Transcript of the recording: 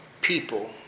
People